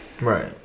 Right